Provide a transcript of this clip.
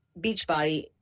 Beachbody